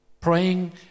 Praying